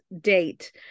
date